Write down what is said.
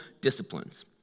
disciplines